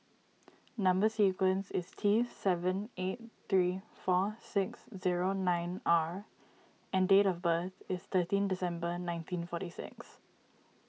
Number Sequence is T seven eight three four six zero nine R and date of birth is thirteen December nineteen forty six